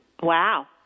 Wow